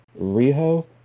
Riho